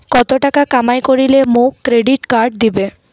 কত টাকা কামাই করিলে মোক ক্রেডিট কার্ড দিবে?